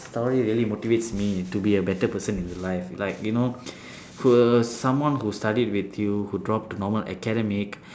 story really motivates me to be a better person in life like you know who were someone who studied with you who dropped to normal academic